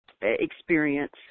experience